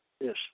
Yes